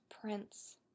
prince